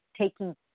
taking